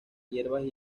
hierbas